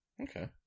Okay